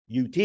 UT